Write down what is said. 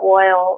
oil